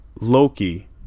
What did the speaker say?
Loki